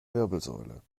wirbelsäule